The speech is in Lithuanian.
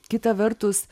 kita vertus